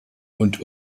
und